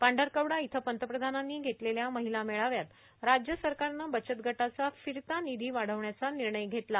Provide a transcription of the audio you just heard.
पांढरकवडा इथं पंतप्रधानांनी घेतलेल्या महिला मेळाव्यात राज्य सरकारनं बचत गटाचा फिरता निधी वाढविण्याचा निर्णय घेतला